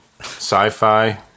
sci-fi